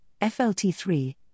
FLT3